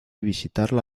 visitarla